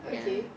ya